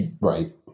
Right